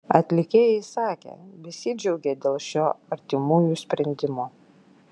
atlikėjai sakė besidžiaugią dėl šio artimųjų sprendimo